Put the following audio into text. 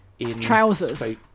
Trousers